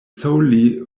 solely